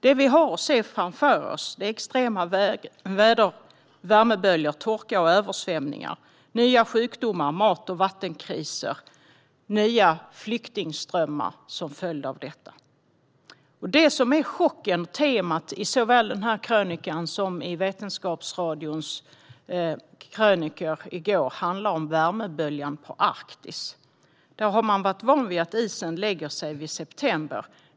Det vi har att se framför oss är extrema värmeböljor, torka, översvämningar, nya sjukdomar och mat och vattenkriser samt nya flyktingströmmar som en följd av detta. Det som är chocken och temat såväl i denna krönika som i Vetenskapsradions krönikor i går är värmeböljan på Arktis. Där har man varit van vid att isen lägger sig i september.